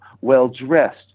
well-dressed